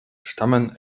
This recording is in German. stammen